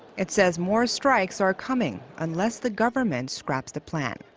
it says more strikes are coming unless the government scraps the plan.